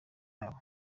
yabo